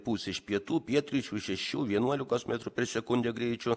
pūs iš pietų pietryčių šešių vienuolikos metrų per sekundę greičiu